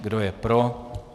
Kdo je pro?